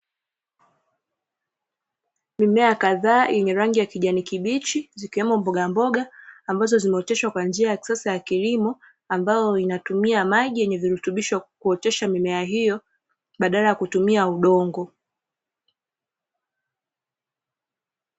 Mimea kadhaa yenye rangi ya kijani kibichi zikiwemo mbogamboga ambazo zimeoteshwa kwa njia ya kisasa ya kilimo, ambayo inatumia maji yenye virutubisho kuotesha mimea hiyo badala ya kutumia udongo.